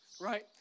right